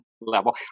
level